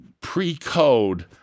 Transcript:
pre-code